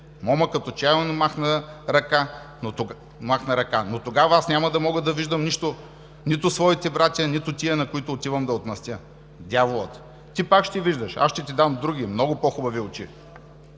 Момъкът отчаяно махна ръка. – Но тогава аз няма да мога да виждам нито своите братя, нито тия, на които отивам да отмъстя! Дяволът: – Ти пак ще виждаш... Аз ще ти дам други, много по-хубави очи!